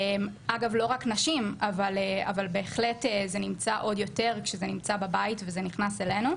אגב לא רק נשים אבל בהחלט עוד יותר כשזה נמצא בבית וזה נכנס אלינו.